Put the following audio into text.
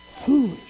Foolish